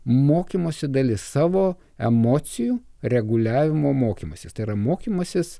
mokymosi dalis savo emocijų reguliavimo mokymasis tai yra mokymasis